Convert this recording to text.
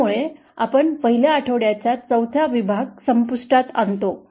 यामुळे आपण पहिल्या आठवड्याचा चौथा विभाग संपुष्टात आणतो